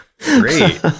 Great